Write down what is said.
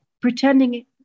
pretending